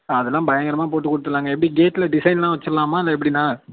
அதலாம் பயங்கரமாக போட்டு கொடுத்துட்லாங்க எப்படி கேட்டில் டிசைனுலாம் வெச்சிடலாமா இல்லை எப்படிண்ணா